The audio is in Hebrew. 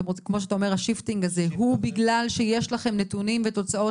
כמו שאתה אומר ה-shifting הזה הוא בגלל שיש לכם נתונים ותוצאות